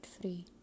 free